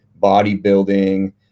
bodybuilding